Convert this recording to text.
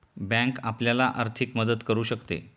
bank आपल्याला आर्थिक मदत करू शकते